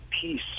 peace